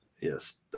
yes